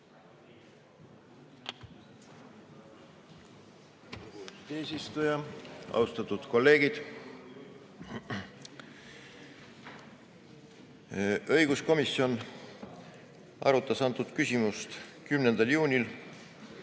eesistuja! Austatud kolleegid! Õiguskomisjon arutas antud küsimust 10. juunil,